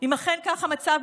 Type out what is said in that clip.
אם אכן זה המצב,